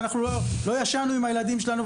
ואנחנו לא ישנו עם הילדים שלנו.